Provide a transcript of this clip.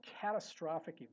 catastrophic